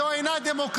זו אינה דמוקרטיה.